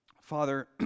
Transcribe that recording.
Father